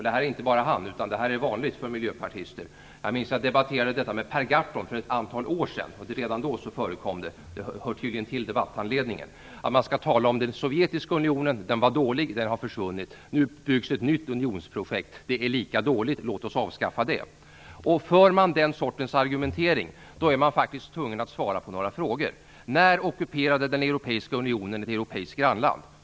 Det är tydligen vanligt för miljöpartister - jag minns att jag debattede detta med Per Gahrton för ett antal år sedan - att tala om att den sovjetiska unionen var dålig, den har försvunnit och nu byggs det ett nytt unionsprojekt. Det är lika dåligt, låt oss avskaffa det. För man den sortens argumentering är man faktiskt tvungen att svara på några frågor. När ockuperade den europeiska unionen ett europeiskt grannland?